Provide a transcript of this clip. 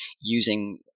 using